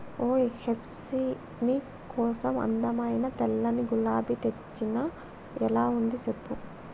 ఓయ్ హెప్సీ నీ కోసం అందమైన తెల్లని గులాబీ తెచ్చిన ఎలా ఉంది సెప్పు